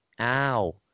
ow